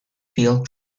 field